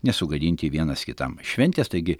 nesugadinti vienas kitam šventės taigi